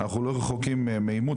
אנחנו לא רחוקים מעימות,